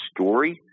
story